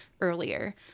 earlier